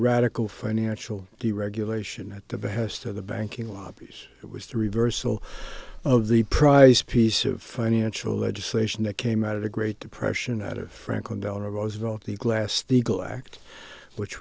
financial deregulation at the behest of the banking lobbies it was the reversal of the price piece of financial legislation that came out of the great depression out of franklin delano roosevelt the glass steagall act which